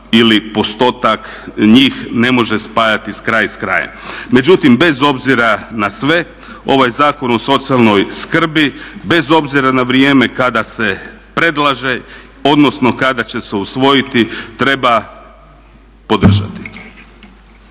ili postotak njih ne može spajati kraj s krajem. Međutim, bez obzira na sve, ovaj Zakon o socijalnoj skrbi, bez obzira na vrijeme kada se predlaže, odnosno kada će se usvojiti treba podržati.